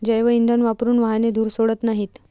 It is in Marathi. जैवइंधन वापरून वाहने धूर सोडत नाहीत